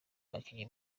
abakinyi